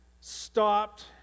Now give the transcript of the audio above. stopped